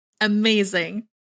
Amazing